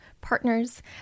partners